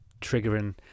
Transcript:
triggering